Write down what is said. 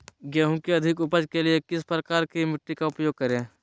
गेंहू की अधिक उपज के लिए किस प्रकार की मिट्टी का उपयोग करे?